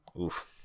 Oof